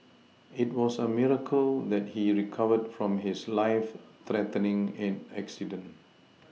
it was a miracle that he recovered from his life threatening accident